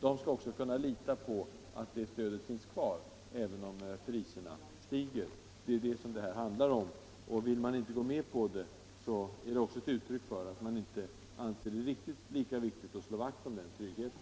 De skall kunna lita på att det stödet finns kvar även om priserna stiger. Vill - Nr 40 man inte gå med på det, är det ett uttryck för att man inte anser det SA Onsdagen den riktigt lika viktigt att slå vakt om den tryggheten.